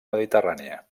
mediterrània